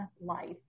life